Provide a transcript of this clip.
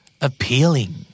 Appealing